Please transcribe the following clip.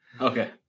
Okay